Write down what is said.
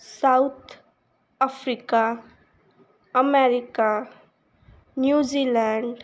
South Africa America New Zealand